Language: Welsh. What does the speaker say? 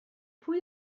pwy